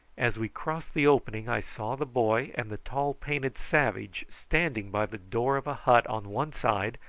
as we crossed the opening i saw the boy and the tall painted savage standing by the door of a hut on one side,